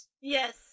Yes